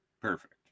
Perfect